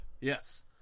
Yes